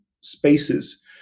spaces